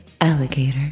alligator